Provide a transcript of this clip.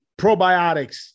probiotics